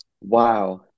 Wow